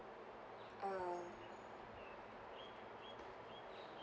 uh